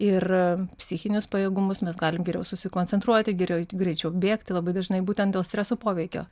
ir psichinius pajėgumus mes galim geriau susikoncentruoti geriau eiti greičiau bėgti labai dažnai būtent dėl streso poveikio